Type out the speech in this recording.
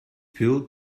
pill